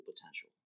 potential